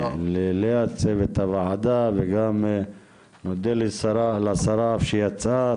ללאה מצוות הוועדה וגם נודה לשרה שיצאה,